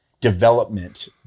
development